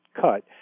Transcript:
cut